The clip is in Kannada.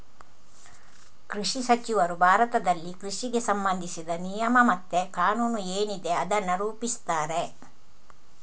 ಕೃಷಿ ಸಚಿವರು ಭಾರತದಲ್ಲಿ ಕೃಷಿಗೆ ಸಂಬಂಧಿಸಿದ ನಿಯಮ ಮತ್ತೆ ಕಾನೂನು ಏನಿದೆ ಅದನ್ನ ರೂಪಿಸ್ತಾರೆ